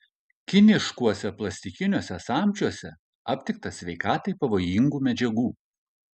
kiniškuose plastikiniuose samčiuose aptikta sveikatai pavojingų medžiagų